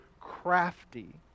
crafty